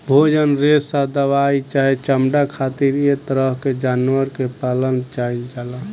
भोजन, रेशा दवाई चाहे चमड़ा खातिर ऐ तरह के जानवर के पालल जाइल जाला